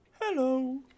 Hello